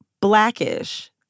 Blackish